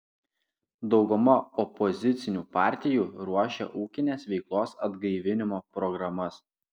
dauguma opozicinių partijų ruošia ūkinės veiklos atgaivinimo programas